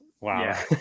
wow